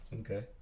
okay